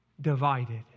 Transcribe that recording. divided